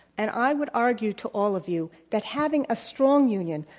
and i would argue to all of you that having a strong union,